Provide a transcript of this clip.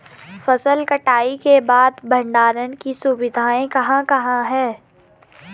फसल कटाई के बाद भंडारण की सुविधाएं कहाँ कहाँ हैं?